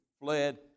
fled